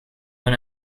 win